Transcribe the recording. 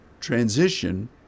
transition